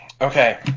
Okay